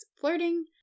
flirting